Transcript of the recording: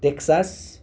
Texas